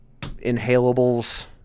inhalables